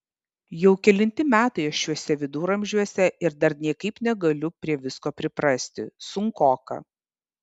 jau kelinti metai aš šiuose viduramžiuose ir dar niekaip negaliu prie visko priprasti sunkoka